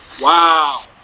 wow